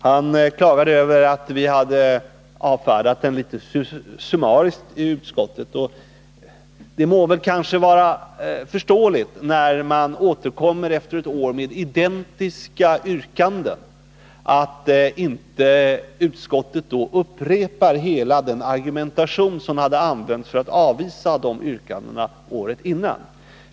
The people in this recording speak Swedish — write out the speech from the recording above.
Han klagade över att utskottet hade avfärdat motionen litet summariskt. När det efter bara ett år återkommer identiskt likadana motionsyrkanden, må det väl vara förståeligt att utskottet inte upprepar hela den argumentation som användes för att avvisa yrkandena året innan.